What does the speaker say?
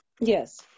yes